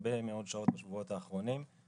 הרבה מאוד שעות בשבועות האחרונים.